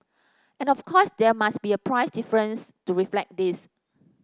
and of course there must be a price difference to reflect this